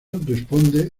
responde